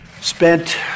spent